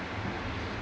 ya